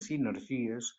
sinergies